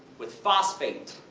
with phosphate.